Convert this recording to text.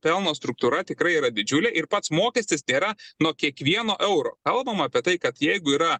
pelno struktūra tikrai yra didžiulė ir pats mokestis tėra nuo kiekvieno euro kalbam apie tai kad jeigu yra